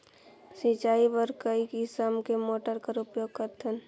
सिंचाई बर कई किसम के मोटर कर उपयोग करथन?